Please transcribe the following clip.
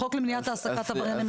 בחוק למניעת העסקת עברייני מין.